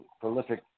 prolific